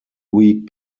week